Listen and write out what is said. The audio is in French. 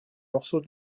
morceaux